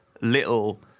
little